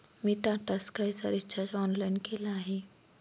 मी टाटा स्कायचा recharge online केला आहे